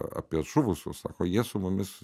apie žuvusius sako jie su mumis